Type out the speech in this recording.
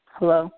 Hello